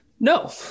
No